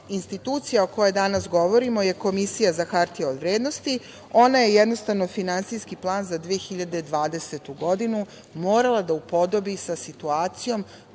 institucija o kojoj danas govorimo je Komisija za hartije od vrednosti. Ona je jednostavno Finansijski plan za 2020. godinu morala da upodobi sa situacijom